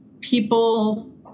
people